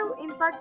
impact